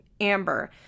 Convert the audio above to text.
Amber